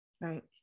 Right